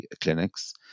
clinics